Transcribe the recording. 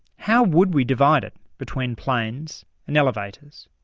how would we divide it between planes and elevators?